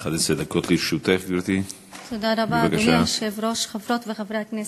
היושב-ראש, תודה רבה, חברות וחברי הכנסת,